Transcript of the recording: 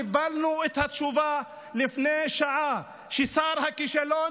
קיבלנו את התשובה לפני שעה כששר הכישלון